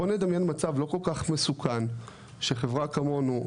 בוא נדמיין מצב לא כל כך מסוכן שחברה כמונו,